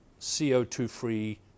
CO2-free